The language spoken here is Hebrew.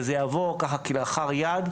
וזה יעבור ככה כלאחר יד,